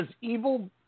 Evil